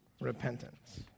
repentance